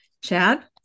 Chad